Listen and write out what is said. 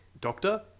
Doctor